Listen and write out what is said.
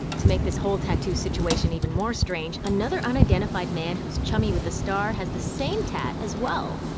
to make this whole tattoo situation even more strange, another unidentified man who's chummy with the star has the same tatt, as well!